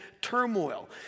turmoil